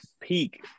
peak